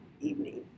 evening